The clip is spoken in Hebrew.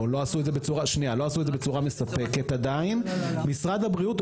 או עדיין לא עשו את זה בצורה מספקת משרד הבריאות,